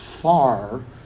far